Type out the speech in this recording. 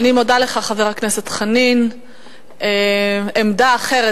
חבר הכנסת חנין, אני מודה לך.